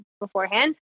beforehand